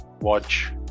watch